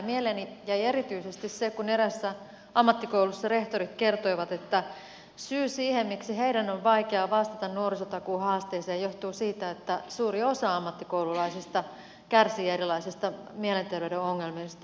mieleeni jäi erityisesti se kun eräässä ammattikoulussa rehtorit kertoivat että syy siihen miksi heidän on vaikea vastata nuorisotakuuhaasteeseen johtuu siitä että suuri osa ammattikoululaisista kärsii erilaisista mielenterveyden ongelmista